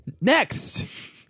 Next